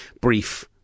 brief